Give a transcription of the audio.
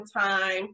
time